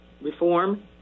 reform